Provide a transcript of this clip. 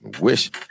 Wish